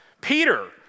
Peter